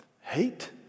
hate